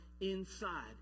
inside